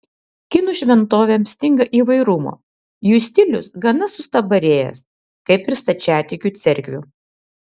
kinų šventovėms stinga įvairumo jų stilius gana sustabarėjęs kaip ir stačiatikių cerkvių